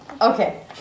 Okay